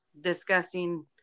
discussing